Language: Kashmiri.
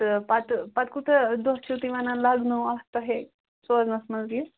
تہٕ پَتہٕ پَتہٕ کوٗتاہ دۄہ چھِو تُہۍ وَنان لَگنو اَتھ تۄہے سوزنَس منٛز یِہ